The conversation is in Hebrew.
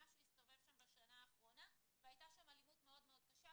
ומשהו הסתובב שם בשנה האחרונה והיתה שם אלימות מאוד מאוד קשה.